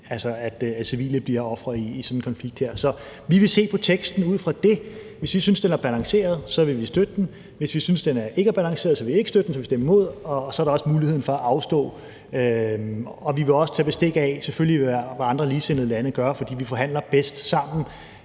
at civile bliver ofre i sådan en konflikt her. Så vi vil se på teksten ud fra det. Hvis vi synes, den er balanceret, så vil vi støtte den; hvis vi synes, den ikke er balanceret, så vil vi ikke støtte den og stemme imod. Så er der også muligheden for at afstå fra at stemme. Vi vil også tage bestik af, selvfølgelig, hvad andre ligesindede lande gør, for vi forhandler bedst sammen,